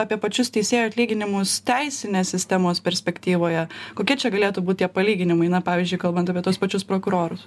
apie pačius teisėjų atlyginimus teisinės temos perspektyvoje kokie čia galėtų būt tie palyginimai na pavyzdžiui kalbant apie tuos pačius prokurorus